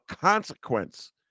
consequence